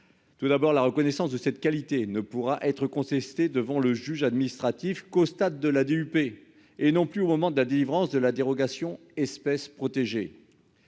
Tout d'abord la reconnaissance de cette qualité ne pourra être contestée devant le juge administratif qu'au stade de la DUP et non plus au moment de la délivrance de la dérogation espèces protégées.